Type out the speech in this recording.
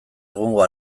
egungo